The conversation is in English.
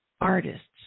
artists